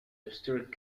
historic